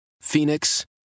Phoenix